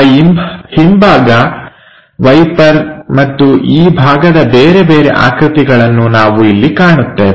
ಆ ಹಿಂಭಾಗ ವೈಪರ್ ಮತ್ತು ಈ ಭಾಗದ ಬೇರೆ ಬೇರೆ ಆಕೃತಿಗಳನ್ನು ನಾವು ಇಲ್ಲಿ ಕಾಣುತ್ತೇವೆ